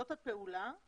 זאת הפעולה.